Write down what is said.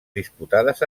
disputades